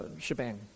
shebang